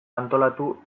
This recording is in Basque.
antolatu